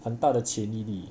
很大的迁移力